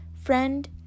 Friend